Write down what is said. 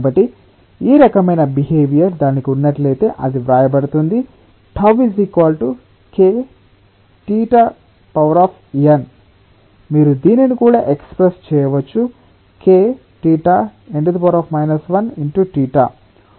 కాబట్టి ఈ రకమైన బిహేవియర్ దానికి ఉన్నట్లయితే అది వ్రాయబడుతుంది τ Kθ n మీరు దీనిని కూడా ఎక్స్ప్రెస్ చేయవచ్చు Kθ n−1 θ